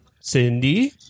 Cindy